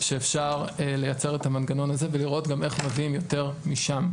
שאפשר לייצר את המנגנון הזה ולראות גם איך מביאים יותר משם,